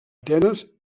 atenes